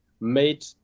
made